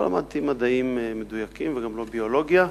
לא למדתי מדעים מדויקים וגם לא ביולוגיה,